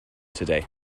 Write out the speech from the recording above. today